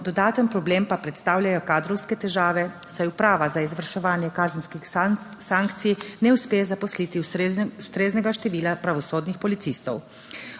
dodaten problem pa predstavljajo kadrovske težave, saj Uprava za izvrševanje kazenskih sankcij ne uspe zaposliti ustreznega števila pravosodnih policistov.